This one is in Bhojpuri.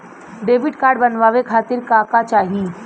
डेबिट कार्ड बनवावे खातिर का का चाही?